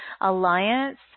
alliance